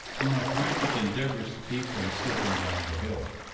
in my frantic endeavors to keep from slipping down the hill.